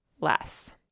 less